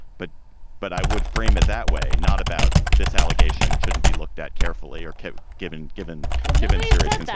but but i would frame it that way. not about this allegation. shouldn't be looked at carefully or given given given serious and yeah